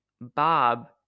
Bob